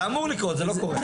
זה אמור לקרות, זה לא קורה.